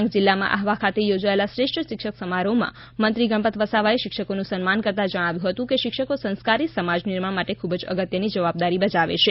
ડાંગ જિલ્લામાં આહવા ખાતે યોજાયેલા શ્રેષ્ઠ શિક્ષણ સમારોહમાં મંત્રી ગણપત વસાવાએ શિક્ષકોનું સન્માન કરતા જણાવ્યું હતું કે શિક્ષકો સંસ્કારી સમાજ નિર્માણ માટે ખૂબ જ અગત્યની જવાબદારી બજાવે છે